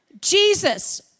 Jesus